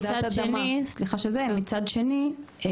מצד שני,